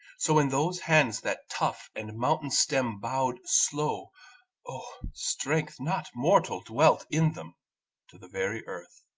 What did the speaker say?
so in those hands that tough and mountain stem bowed slow oh, strength not mortal dwelt in them to the very earth.